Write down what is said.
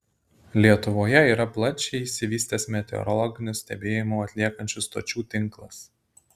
lietuvoje yra plačiai išvystytas meteorologinius stebėjimus atliekančių stočių tinklas